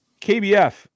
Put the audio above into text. KBF